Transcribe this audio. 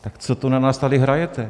Tak co to na nás tady hrajete?